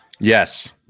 Yes